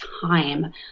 time